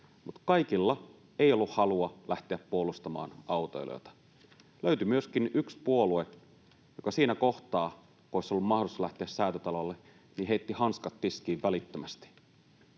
Mutta kaikilla ei ollut halua lähteä puolustamaan autoilijoita. Löytyi myöskin yksi puolue, jolla siinä kohtaa olisi ollut mahdollisuus lähteä Säätytalolle ja joka heitti hanskat tiskiin välittömästi.